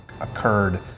occurred